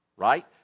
Right